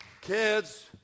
Kids